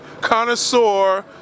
connoisseur